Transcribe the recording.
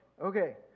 okay